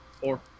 Four